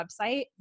website